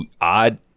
odd